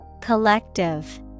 Collective